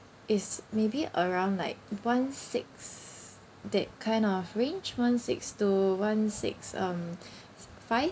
is maybe around like one six that kind of range one six to one six um five